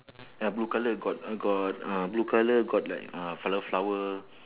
ya blue colour got uh got uh blue colour got like uh flower flower